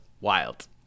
wild